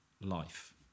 life